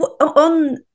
on